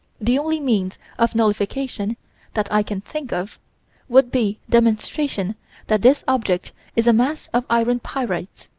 the only means of nullification that i can think of would be demonstration that this object is a mass of iron pyrites,